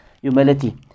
humility